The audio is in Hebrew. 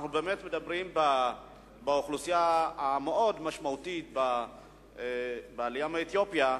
אנחנו באמת מדברים על אוכלוסייה מאוד משמעותית בעלייה מאתיופיה.